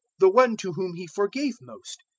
the one to whom he forgave most.